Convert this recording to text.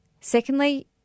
Secondly